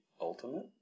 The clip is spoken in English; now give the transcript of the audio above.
Ultimate